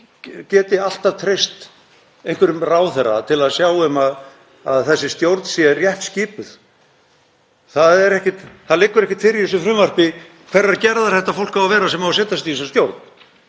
geti alltaf treyst einhverjum ráðherra til að sjá um að þessi stjórn sé rétt skipuð. Það liggur ekkert fyrir í þessu frumvarpi hverrar gerðar þetta fólk á að vera sem á að setjast í þessa stjórn.